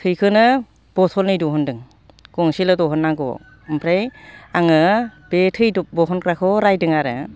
थैखोनो बथलनै दिहुनदों गंसेल' दिहुननांगौआव ओमफ्राय आङो बे थै बहनग्राखौ रायदों आरो